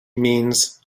means